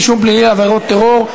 רישום פלילי עבירות טרור),